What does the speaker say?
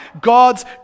God's